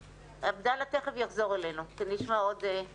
עבדאללה תכף יחזור אלינו, נמצאת